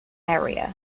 area